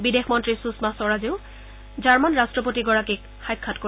বিদেশ মন্ত্ৰী সুষমা স্বৰাজেও জাৰ্মানৰ ৰাষ্ট্ৰপতিগৰাকীক সাক্ষাৎ কৰিব